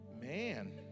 Man